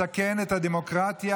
מסכן את הדמוקרטיה,